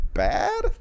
bad